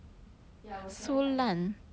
yeah I was very tiring